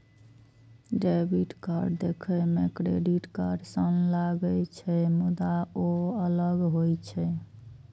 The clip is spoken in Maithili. डेबिट कार्ड देखै मे क्रेडिट कार्ड सन लागै छै, मुदा ओ अलग होइ छै